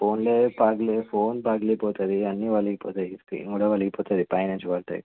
ఫోన్లే పగిలి ఫోన్ పగిలిపోతుంది అన్నీ పలిగిపోతాయి స్క్రీన్ కూడా పగిలిపోతుంది పైనుంచి పడితే